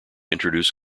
introduce